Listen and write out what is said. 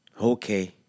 Okay